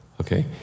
Okay